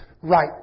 right